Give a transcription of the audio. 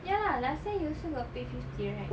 ya last time you also got paid fifty right